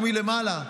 הוא מלמעלה.